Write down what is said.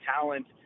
talent